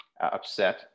upset